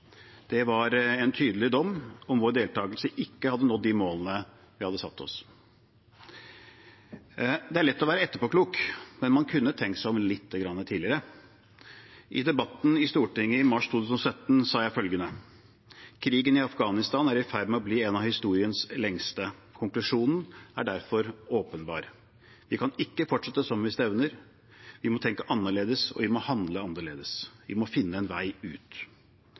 Det var en tydelig dom: Med vår deltakelse hadde vi ikke nådd de målene vi hadde satt oss. Det er lett å være etterpåklok, men man kunne tenkt seg om lite grann tidligere. I debatten i Stortinget i mars 2017 sa jeg: «Krigen i Afghanistan er i ferd med å bli en av historiens lengste. Konklusjonen er derfor åpenbar: Vi kan ikke fortsette som vi stevner. Vi må tenke annerledes, og vi må handle annerledes. Vi må finne en vei ut.»